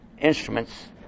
instruments